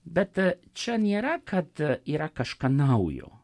bet čia nėra kad yra kažką naujo